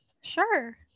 Sure